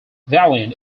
valiant